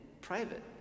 private